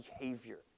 behavior